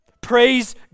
Praise